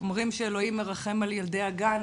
אומרים שאלוהים מרחם על ילדי הגן,